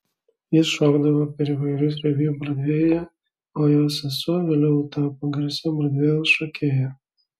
jis šokdavo per įvairius reviu brodvėjuje o jo sesuo vėliau tapo garsia brodvėjaus šokėja